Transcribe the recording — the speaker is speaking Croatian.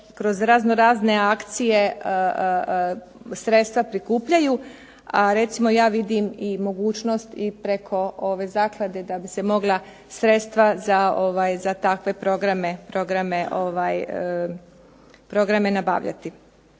kroz raznorazne akcije sredstva prikupljaju, a recimo ja vidim i mogućnost i preko ove zaklade da bi se mogla sredstva za takve programe nabavljati.